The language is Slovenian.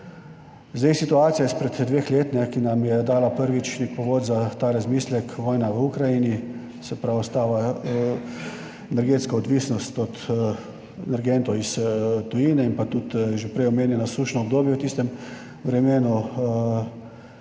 Situacija izpred dveh let, ki nam je dala prvič nek povod za ta razmislek, vojna v Ukrajini, se pravi energetska odvisnost od energentov iz tujine, in tudi že prej omenjeno sušno obdobje v tistem vremenu,